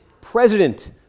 President